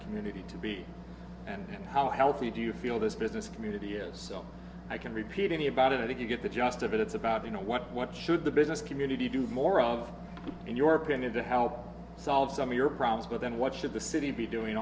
community to be and how healthy do you feel this business community is so i can repeat any about it if you get the just of it it's about you know what what should the business community do more of in your opinion to help solve some of your problems but then what should the city be doing